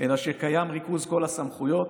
אלא שקיים ריכוז כל הסמכויות,